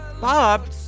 Bob